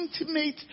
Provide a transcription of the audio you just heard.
intimate